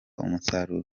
umusaruro